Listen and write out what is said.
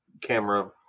camera